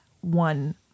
one